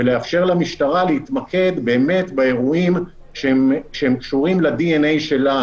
ולאפשר למשטרה להתמקד באמת באירועים שקשורים ל-DNA שלה